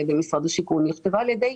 ידי משרד השיכון אלא היא הוכתבה על ידי